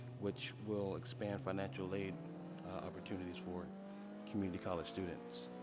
which will expand financial aid opportunities for community college students.